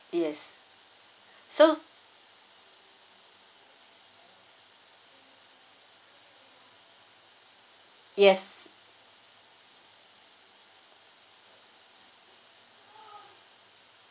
yes so yes